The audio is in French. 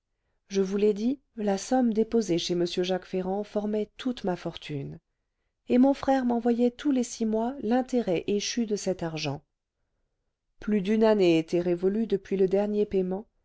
je vous l'ai dit la somme déposée chez m jacques ferrand formait toute ma fortune et mon frère m'envoyait tous les six mois l'intérêt échu de cet argent plus d'une année était révolue depuis le dernier paiement